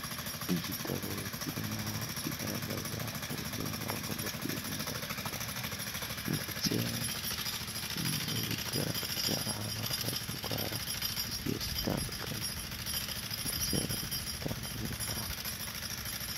Igitabo kirimo kigaragaza uburyo umuntu aba agomba kwirinda indwara, ndetse n'ibigaragaza ahantu haba hari indwara z'igiye zitandukanye, ndetse n'igitanga n'inama.